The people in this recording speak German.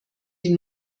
die